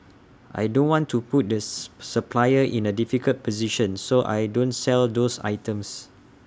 I don't want to put does suppliers in A difficult position so I don't sell those items